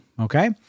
okay